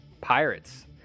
pirates